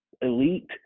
elite